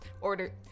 order